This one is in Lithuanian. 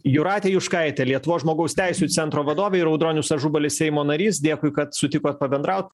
jūratė juškaitė lietuvos žmogaus teisių centro vadovė ir audronius ažubalis seimo narys dėkui kad sutikot pabendrau